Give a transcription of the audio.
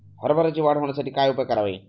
हरभऱ्याची वाढ होण्यासाठी काय उपाय करावे?